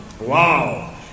Wow